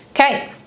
Okay